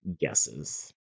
guesses